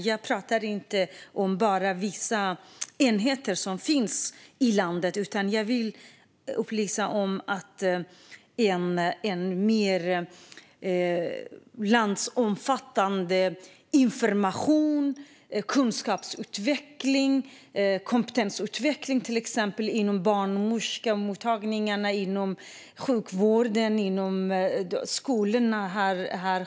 Jag pratar inte bara om vissa enheter som finns i landet, utan jag skulle önska mer landsomfattande information, kunskapsutveckling och kompetensutveckling, till exempel inom barnmorskemottagningarna, sjukvården och skolorna.